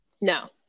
No